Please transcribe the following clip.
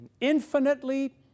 infinitely